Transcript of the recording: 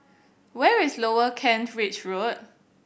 where is Lower Kent Ridge Road